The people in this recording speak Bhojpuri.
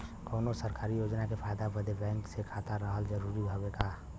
कौनो सरकारी योजना के फायदा बदे बैंक मे खाता रहल जरूरी हवे का?